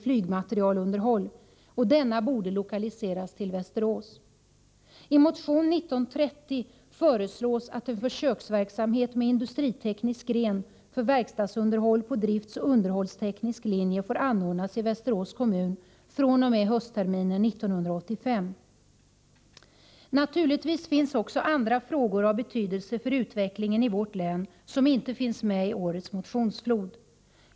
flygmaterielunderhåll och att denna utbildning borde lokaliseras till Västerås. Naturligtvis finns det också andra frågor av betydelse för utvecklingen i vårt län som inte är med i årets motionsflod.